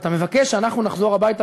ואתה מבקש שאנחנו נחזור הביתה,